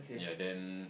yea then